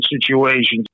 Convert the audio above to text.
situations